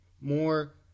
more